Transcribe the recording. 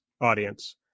audience